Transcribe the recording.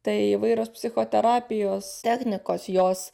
tai įvairios psichoterapijos technikos jos